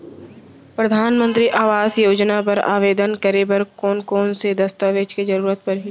परधानमंतरी आवास योजना बर आवेदन करे बर कोन कोन से दस्तावेज के जरूरत परही?